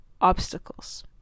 obstacles